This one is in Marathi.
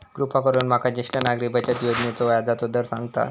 कृपा करून माका ज्येष्ठ नागरिक बचत योजनेचो व्याजचो दर सांगताल